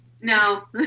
no